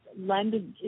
lended